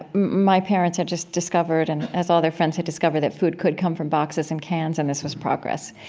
my parents had just discovered, and as all their friends had discovered, that food could come from boxes and cans and this was progress.